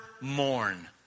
mourn